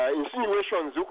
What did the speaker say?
insinuations